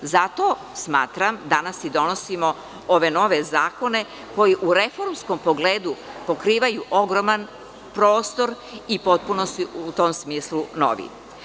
Danas i donosimo ove nove zakone koji u reformskom pogledu pokrivaju ogroman prostor i potpuno su u tom smislu novi.